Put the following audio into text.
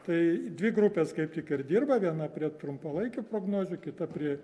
tai dvi grupės kaip tik ir dirba viena prie trumpalaikių prognozių kita prie